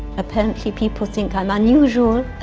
apparently people think i'm unusual.